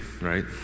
right